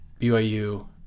BYU